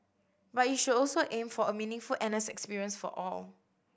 but it should also aim for a meaningful N S experience for all